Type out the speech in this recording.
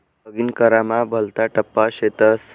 login करामा भलता टप्पा शेतस